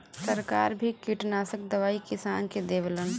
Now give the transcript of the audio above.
सरकार भी किटनासक दवाई किसान के देवलन